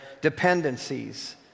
dependencies